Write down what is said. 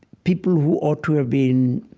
people who ought to have been